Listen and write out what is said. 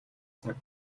цаг